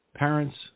Parents